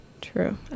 True